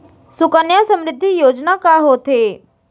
सुकन्या समृद्धि योजना का होथे